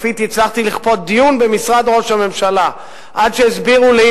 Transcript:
הצלחתי לכפות דיון במשרד ראש הממשלה עד שהסבירו לי